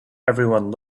everyone